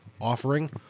offering